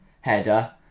header